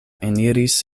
eniris